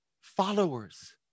Followers